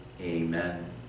Amen